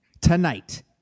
tonight